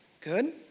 Good